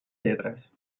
lletres